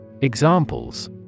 Examples